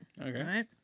Okay